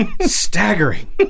staggering